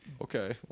Okay